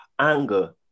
anger